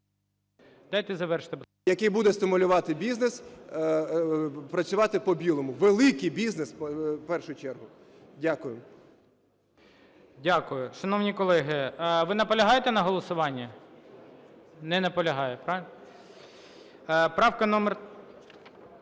Дякую. Шановні колеги, ви наполягаєте на голосуванні? Не наполягають – так? Правка номер